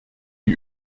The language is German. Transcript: die